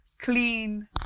clean